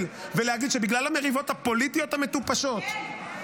ולהגיד שבגלל המריבות הפוליטיות המטופשות -- כן,